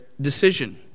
decision